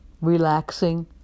Relaxing